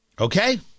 Okay